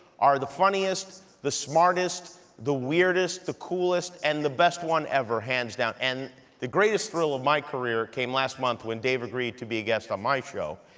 are the funniest, the smartest, the weirdest, the coolest, and the best one ever, hands down, and the greatest thrill of my career came last month when dave agreed to be a guest on um my show.